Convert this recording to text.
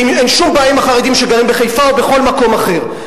ואין שום בעיה עם החרדים שגרים בחיפה או בכל מקום אחר,